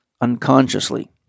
unconsciously